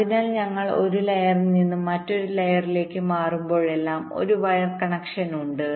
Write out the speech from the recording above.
അതിനാൽ ഞങ്ങൾ ഒരു ലെയറിൽ നിന്ന് മറ്റൊരു ലെയറിലേക്ക് മാറുമ്പോഴെല്ലാം ഒരു വയർ കണക്ഷൻ ഉണ്ട്